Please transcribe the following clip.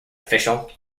official